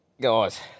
Guys